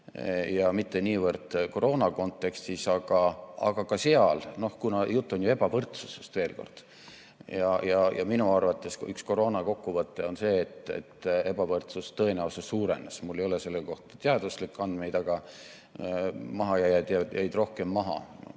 ja mitte niivõrd koroonakontekstis, aga räägiti ka sellest. Kuna jutt on ju ebavõrdsusest, veel kord, siis minu arvates üks koroona kokkuvõtteid on see, et ebavõrdsuse tõenäosus suurenes. Mul ei ole selle kohta teaduslikke andmeid, aga mahajääjad jäid rohkem maha.